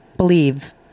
believe